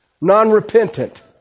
non-repentant